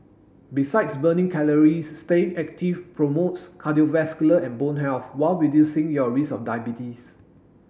besides burning calories staying active promotes cardiovascular and bone health while reducing your risk of diabetes